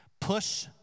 push